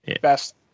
best